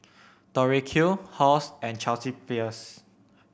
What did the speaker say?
Tori Q Halls and Chelsea Peers